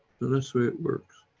this way it works